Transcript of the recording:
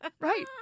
right